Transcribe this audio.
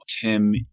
Tim